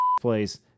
place